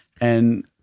and-